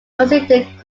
considered